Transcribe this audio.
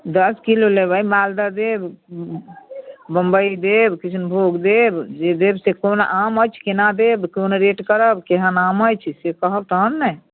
दश किलो लेबै मालदह देब बम्बइ देब किशनभोग देब जे देब से कोन आम अछि केना देब कोन रेट करब केहन आम अछि से कहब तहन ने